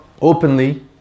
openly